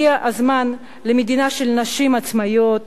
הגיע זמן למדינה של נשים עצמאיות,